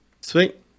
sweet